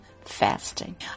Fasting